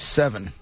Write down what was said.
seven